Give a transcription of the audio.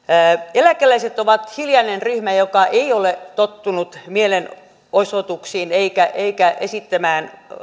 eläkeläiset ovat hiljainen ryhmä joka ei ole tottunut mielenosoituksiin eikä esittämään